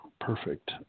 Perfect